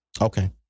Okay